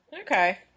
okay